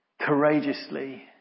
courageously